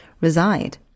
reside